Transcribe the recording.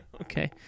okay